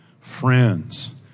Friends